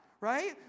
right